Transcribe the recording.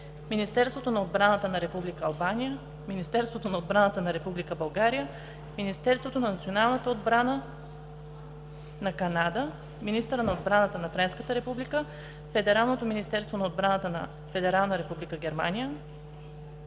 Министерството на отбраната на Република Албания, Министерството на отбраната на Република България, Министерството на националната отбрана на Канада, министъра на отбраната на Френската република, Федералното министерство на отбраната на Федерална република Германия,